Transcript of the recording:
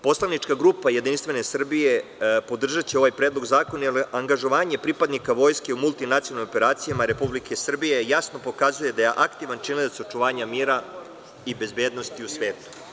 Poslanička grupa Jedinstvene Srbije podržaće ovaj predlog zakona, jer angažovanje pripadnika Vojske u multinacionalnim operacijama Republike Srbije jasno pokazuje da je aktivan činilac očuvanja mira i bezbednosti u svetu.